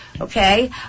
Okay